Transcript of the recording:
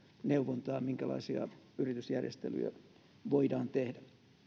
neuvontaa minkälaisia yritysjärjestelyjä voidaan tehdä